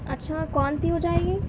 اچھا کون سی ہو جائے گی